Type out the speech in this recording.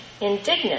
Indignant